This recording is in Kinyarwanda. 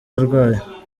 arwaye